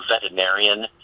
veterinarian